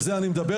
על זה אני מדבר,